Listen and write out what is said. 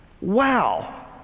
Wow